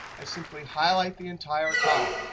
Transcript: i simply highlight the entire column.